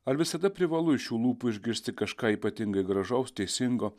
ar visada privalu iš jų lūpų išgirsti kažką ypatingai gražaus teisingo